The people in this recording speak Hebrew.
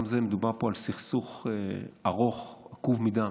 גם זה, מדובר פה על סכסוך ארוך, עקוב מדם,